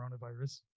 coronavirus